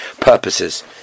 purposes